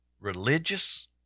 religious